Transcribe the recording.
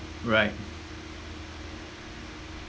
right